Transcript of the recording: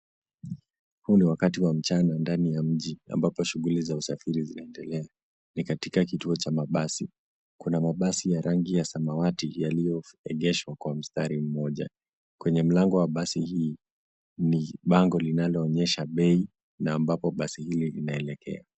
Huu ni wakati wa mchana ndani ya mji ambapo shughuli za usafiri zinaendelea. Ni katika kituo cha mabasi. Kuna mabasi ya rangi ya samawati yaliyoegeshwa kwa mstari mmoja. Kwenye mlango wa basi hii ni bango linaloonyesha bei na ambapo basi hii linaelekea.